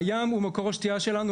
הים הוא מקור השתייה שלנו,